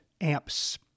amps